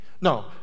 No